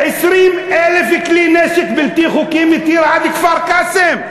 20,000 כלי נשק בלתי חוקיים מטירה עד כפר-קאסם.